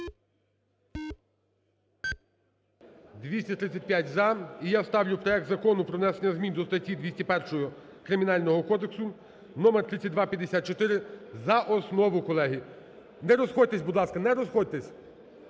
За-235 І я ставлю проект Закону про внесення змін до статті 201 Кримінального кодексу (№3254) за основу, колеги. Не розходьтесь, будь ласка, не розходьтесь.